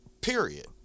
Period